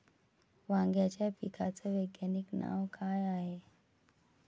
वांग्याच्या पिकाचं वैज्ञानिक नाव का हाये?